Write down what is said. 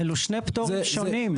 אילו שני פטורים שונים.